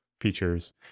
features